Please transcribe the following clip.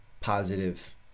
positive